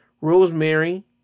Rosemary